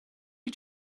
did